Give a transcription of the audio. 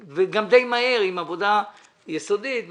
וגם די מהר עם עבודה יסודית והכול.